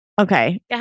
Okay